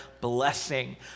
blessing